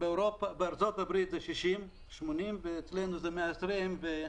בארצות-הברית זה 60,80 ס"מ ואצלנו זה 120 ס"מ.